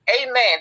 Amen